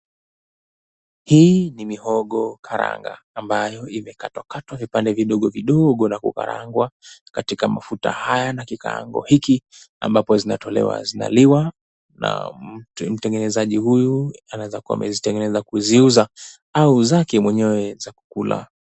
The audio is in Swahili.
Hii ni mihogo karanga. Ambayo imekatakatwa vipande vidogo vidogo na kukarangwa katika mafuta haya na kikarango hiki. Ambapo zinatolewa na zina liwa na mtengenezaji huyu anaweza kuwa amezitengeneza kuziuza au zake mwenyewe za kukula.